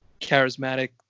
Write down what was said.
charismatic